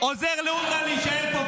שעוזר לאונר"א להישאר פה.